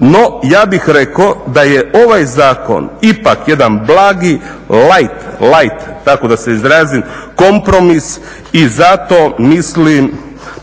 No, ja bih rekao da je ovaj zakon ipak jedan blagi, light, tako da se izrazim, kompromis i zato mislim